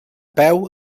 peu